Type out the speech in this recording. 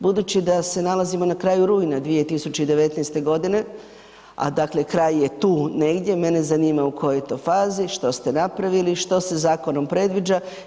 Budući da se nalazimo na kraju rujna 2019. a dakle kraj je tu negdje, mene zanima u kojoj je to fazi, što ste napravili, što se zakonom predviđa?